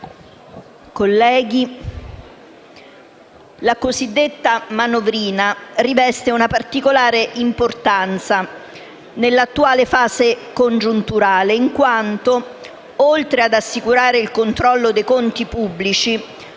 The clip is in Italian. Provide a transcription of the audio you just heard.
colleghi, la cosiddetta manovrina riveste una particolare importanza nell'attuale fase congiunturale in quanto, oltre ad assicurare il controllo dei conti pubblici,